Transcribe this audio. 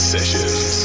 Sessions